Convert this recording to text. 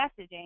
messaging